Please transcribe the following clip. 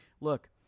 look